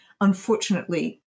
Unfortunately